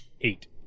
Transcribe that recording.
Eight